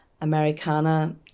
Americana